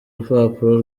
urupapuro